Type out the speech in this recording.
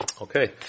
Okay